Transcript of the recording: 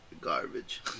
garbage